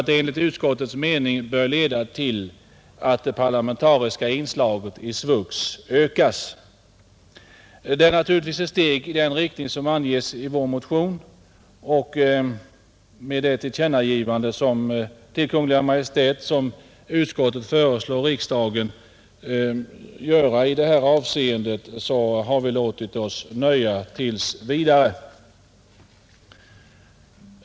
Enligt utskottets mening bör det parlamentariska inslaget i SVUX ökas. Det är naturligtvis ett steg i den riktning som anges i vår motion, och med det tillkännagivandet till Kungl. Maj:t som utskottet föreslår riksdagen att göra i det här avseendet har vi låtit oss nöja tills vidare.